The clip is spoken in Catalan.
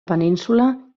península